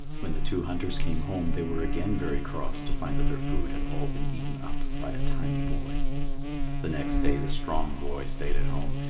when the two hunters came home, they were again very cross to find that their food had all been eaten up by a tiny boy the next day the strong boy stayed at home,